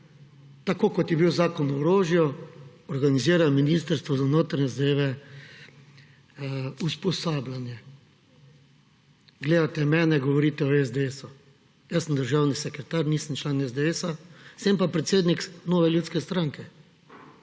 tako kot je bil Zakon o orožju, organizira Ministrstvo za notranje zadeve usposabljanje. Gledate mene, govorite o SDS. Jaz sem državni sekretar, nisem član SDS, sem pa predsednik Nove ljudske stranke.